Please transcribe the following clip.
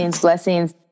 blessings